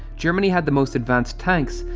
germany had the most advanced tanks,